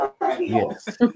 Yes